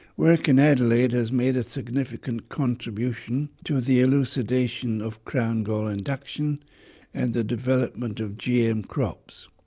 work in adelaide has made a significant contribution to the elucidation of crown gall induction and the development of gm crops.